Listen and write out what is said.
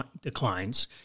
declines